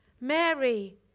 Mary